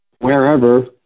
wherever